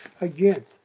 again